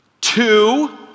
two